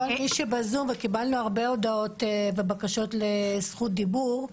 קיבלנו הרבה הודעות ובקשות לזכות דיבור ב-זום,